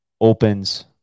opens